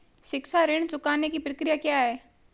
शिक्षा ऋण चुकाने की प्रक्रिया क्या है?